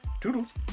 Toodles